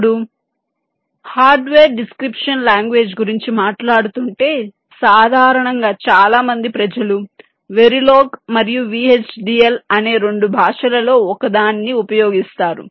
ఇప్పుడు hardware description language గురించి మాట్లాడుతుంటే సాధారణంగా చాలా మంది ప్రజలు వెరిలోగ్ మరియు VHDL అనే రెండు భాషలలో ఒకదాన్ని ఉపయోగిస్తారు